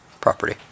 property